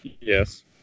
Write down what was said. Yes